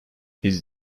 his